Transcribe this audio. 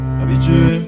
habitué